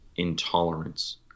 intolerance